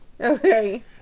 Okay